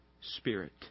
spirit